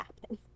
happen